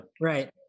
Right